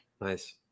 Nice